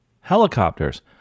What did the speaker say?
helicopters